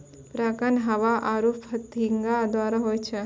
परागण हवा आरु फतीगा द्वारा होय छै